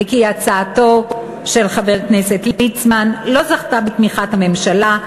וכי הצעתו של חבר הכנסת ליצמן לא זכתה בתמיכת הממשלה,